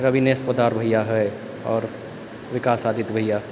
रविनेश पोद्दार भइया हइ आओर विकास आदित्य भइया